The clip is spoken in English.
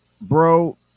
bro